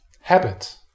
habit